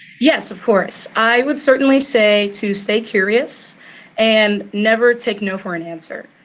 yes, of course, i would certainly say to stay curious and never take no for an answer.